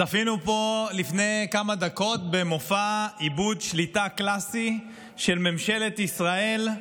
צפינו פה לפני כמה דקות במופע איבוד שליטה קלאסי של ממשלת ישראל,